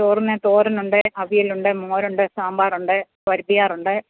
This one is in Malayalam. ചോറിന് തോരനുണ്ട് അവിയലുണ്ട് മോരുണ്ട് സാമ്പാറുണ്ട് പരിപ്പുചാറുണ്ട്